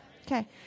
Okay